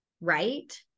right